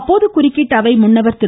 அப்போது குறுக்கிட்ட அவை முன்னவர் திரு